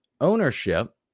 Ownership